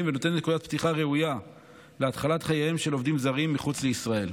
ונותן נקודת פתיחה ראויה להתחלת חייהם של עובדים זרים מחוץ לישראל.